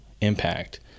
impact